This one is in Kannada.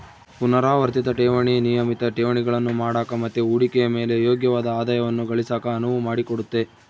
ಪುನರಾವರ್ತಿತ ಠೇವಣಿ ನಿಯಮಿತ ಠೇವಣಿಗಳನ್ನು ಮಾಡಕ ಮತ್ತೆ ಹೂಡಿಕೆಯ ಮೇಲೆ ಯೋಗ್ಯವಾದ ಆದಾಯವನ್ನ ಗಳಿಸಕ ಅನುವು ಮಾಡಿಕೊಡುತ್ತೆ